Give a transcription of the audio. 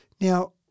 Now